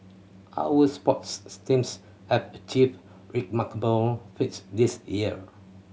our sports steams have achieved remarkable feats this year